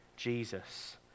Jesus